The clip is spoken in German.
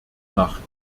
nacht